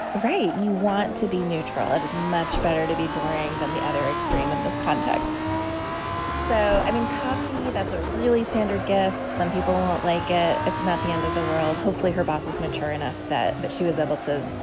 right. you want to be neutral. it is much better to be boring than the other extreme in this context so, i mean, coffee, that's a really standard gift. some people won't like it. it's not the end of the world. hopefully her boss is mature enough that that she was able to, you